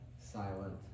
silent